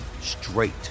straight